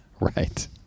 Right